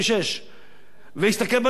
ולהסתכל בנאומים שלי באותה תקופה.